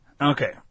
Okay